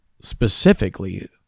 specifically